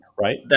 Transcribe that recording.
right